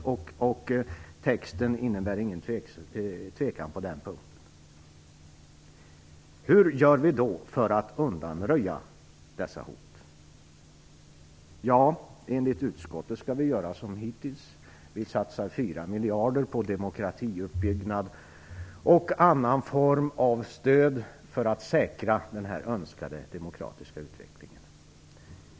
Texten innebär ingen tvekan på den punkten. Hur gör vi då för att undanröja dessa hot? Enligt utskottet skall vi göra som hittills. Vi satsar fyra miljarder på demokratiuppbyggnad och annan form av stöd för att säkra den här önskade demokratiska utvecklingen.